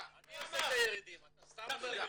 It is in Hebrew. אני עושה את הירידים, אתה סתם אומר מילים.